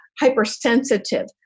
hypersensitive